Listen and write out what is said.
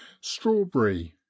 strawberry